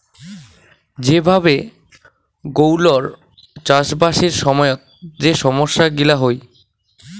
যে ভাবে গৌলৌর চাষবাসের সময়ত যে সমস্যা গিলা হই